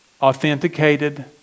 authenticated